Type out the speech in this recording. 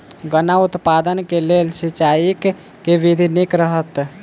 गन्ना उत्पादन केँ लेल सिंचाईक केँ विधि नीक रहत?